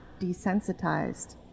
desensitized